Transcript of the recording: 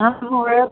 हम दुनू एक